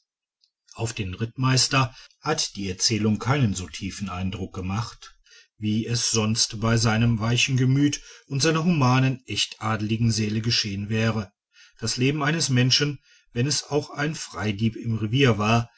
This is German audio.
auf den rittmeister hat die erzählung keinen so tiefen eindruck gemacht wie es sonst bei seinem weichen gemüt und seiner humanen echt adeligen seele geschehen wäre das leben eines menschen und wenn es auch ein freidieb im revier war